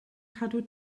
cadw